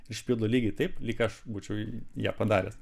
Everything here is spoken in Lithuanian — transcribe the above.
išpildo lygiai taip lyg aš būčiau ją padaręs